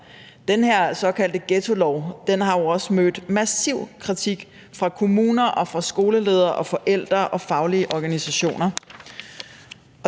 Den her såkaldte ghettolov har jo også mødt massiv kritik fra kommuner og fra skoleledere og fra forældre og fra faglige organisationer.